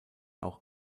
auch